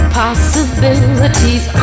possibilities